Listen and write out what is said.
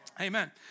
Amen